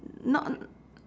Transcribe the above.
not